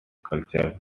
cultural